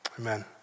Amen